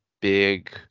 big